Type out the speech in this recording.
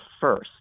first